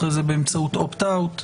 אחרי זה באמצעותopt out .